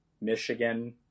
Michigan